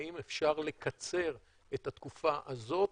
האם אפשר לקצר את התקופה הזאת.